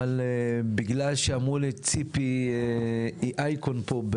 אבל בגלל שאמרו לי שציפי היא אייקון פה,